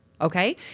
Okay